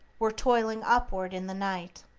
were toiling upward in the night.